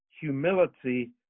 humility